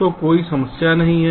तो कोई समस्या नहीं है